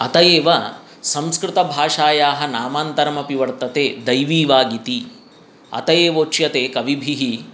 अत एव संस्कृतभाषायाः नामान्तरम् अपि वर्तते दैवीवाग् इति अत एव उच्यते कविभिः